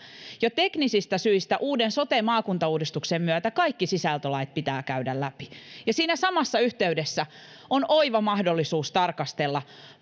jo teknisistä syistä uuden sote maakuntauudistuksen myötä kaikki sisältölait pitää käydä läpi ja siinä samassa yhteydessä on oiva mahdollisuus tarkastella